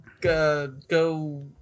go